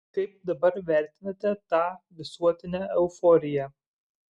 kaip dabar vertinate tą visuotinę euforiją